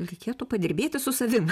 reikėtų padirbėti su savim